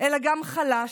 אלא גם חלש,